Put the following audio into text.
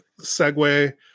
segue